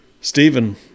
Stephen